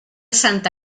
santa